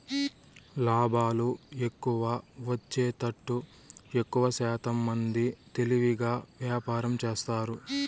లాభాలు ఎక్కువ వచ్చేతట్టు ఎక్కువశాతం మంది తెలివిగా వ్యాపారం చేస్తారు